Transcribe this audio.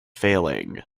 failing